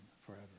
forever